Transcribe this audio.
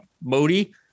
Modi